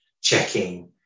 checking